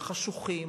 החשוכים,